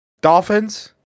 Dolphins